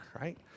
right